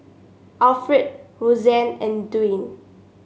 Alfred Roseanne and Dwan